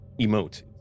emote